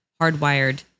hardwired